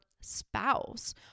spouse